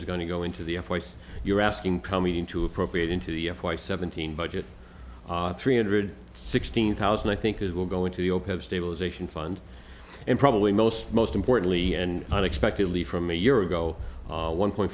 is going to go into the air force you're asking coming to appropriate into the f y seventeen budget three hundred sixteen thousand i think is will go into the open stabilization fund and probably most most importantly and unexpectedly from a year ago one point